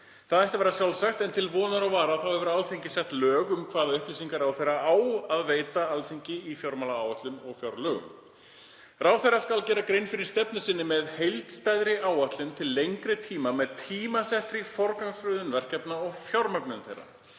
Það ætti að vera sjálfsagt en til vonar og vara hefur Alþingi sett lög um hvaða upplýsingar ráðherra á að veita Alþingi í fjármálaáætlun og fjárlögum. Ráðherra skal gera grein fyrir stefnu sinni með heildstæðri áætlun til lengri tíma með tímasettri forgangsröðun verkefna og fjármögnun þeirra.